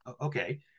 okay